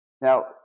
Now